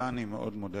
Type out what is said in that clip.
הרי כולם סובלים